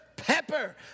Pepper